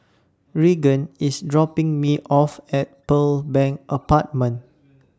Raegan IS dropping Me off At Pearl Bank Apartment